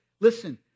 listen